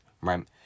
right